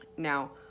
Now